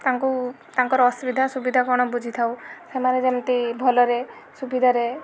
ତାଙ୍କୁ ତାଙ୍କର ଅସୁବିଧା ସୁବିଧା କ'ଣ ବୁଝିଥାଉ ସେମାନେ ଯେମିତି ଭଲରେ ସୁବିଧାରେ